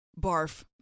barf